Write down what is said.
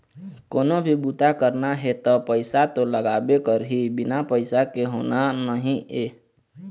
कोनो भी बूता करना हे त पइसा तो लागबे करही, बिना पइसा के होना नइ हे